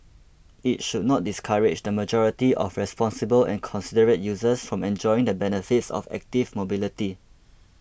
it should not discourage the majority of responsible and considerate users from enjoying the benefits of active mobility